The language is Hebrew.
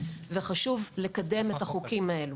חשוב לקדם את הצעות החוק הללו.